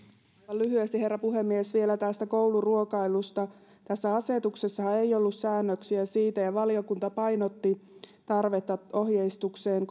lyhyesti herra puhemies vielä tästä kouluruokailusta tässä asetuksessahan ei ollut säännöksiä siitä valiokunta painotti tarvetta ohjeistukseen